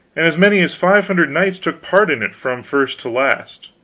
and as many as five hundred knights took part in it, from first to last.